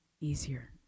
easier